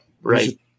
right